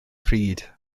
pryd